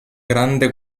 grande